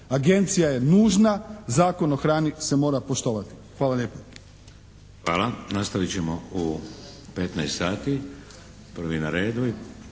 Agencija je nužna, Zakon o hrani se mora poštovati. Hvala lijepo. **Šeks, Vladimir (HDZ)** Hvala. Nastavit ćemo u 15 sati. Prvi na redu